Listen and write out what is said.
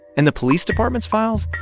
and the police department's files,